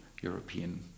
European